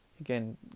again